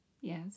Yes